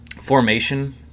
formation